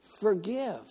Forgive